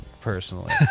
personally